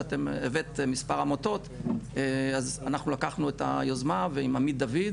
שאתם הבאתם מספר עמותות אז אנחנו לקחנו את היוזמה ועם עמית דויד